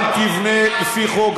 גם תבנה לפי חוק,